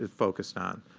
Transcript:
focused on.